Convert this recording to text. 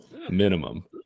Minimum